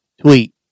tweet